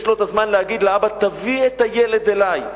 יש לו הזמן להגיד לאבא: תביא את הילד אלי.